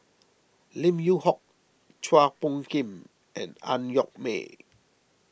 Lim Yew Hock Chua Phung Kim and Ang Yoke Mooi